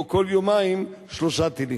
או כל יומיים שלושה טילים,